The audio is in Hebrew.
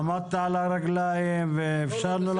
עמדת על הרגליים ואפשרנו לך.